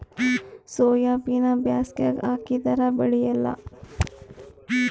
ಸೋಯಾಬಿನ ಬ್ಯಾಸಗ್ಯಾಗ ಹಾಕದರ ಬೆಳಿಯಲ್ಲಾ?